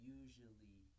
usually